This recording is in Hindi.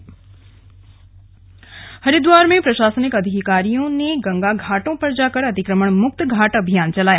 स्लग हरकी पैड़ी हरिद्वार में प्रशासनिक अधिकारियों ने गंगा घाटों पर जाकर अतिक्रमण मुक्त घाट अभियान चलाया